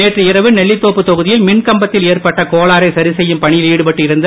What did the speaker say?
நேற்று இரவு நெல்லித்தோப்பு தொகுதியில் மின்கம்பத்தில் ஏற்பட்ட கோளாறை சரிசெய்யும் பணியில் ஈடுபட்டு இருந்த